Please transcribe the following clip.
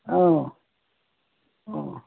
ಹ್ಞೂ ಹ್ಞೂ